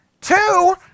Two